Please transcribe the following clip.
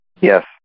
Yes